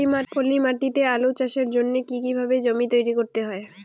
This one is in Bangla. পলি মাটি তে আলু চাষের জন্যে কি কিভাবে জমি তৈরি করতে হয়?